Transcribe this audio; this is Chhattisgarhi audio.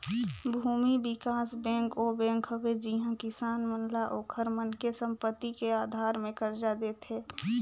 भूमि बिकास बेंक ओ बेंक हवे जिहां किसान मन ल ओखर मन के संपति के आधार मे करजा देथे